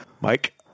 Mike